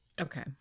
Okay